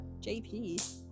JP